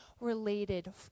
related